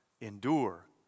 endure